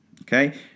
Okay